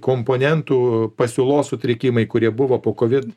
komponentų pasiūlos sutrikimai kurie buvo po kovid